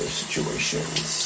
situations